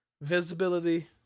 visibility